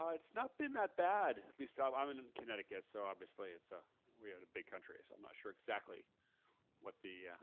um it's not been that bad. at least um i'm in connecticut so obviously it's a we had a big country so i'm not sure exactly what the